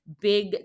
big